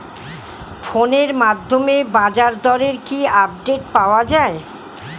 ফোনের মাধ্যমে বাজারদরের কি আপডেট পাওয়া যায়?